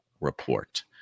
Report